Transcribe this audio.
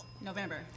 November